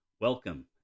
welcome